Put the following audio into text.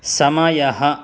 समयः